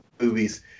movies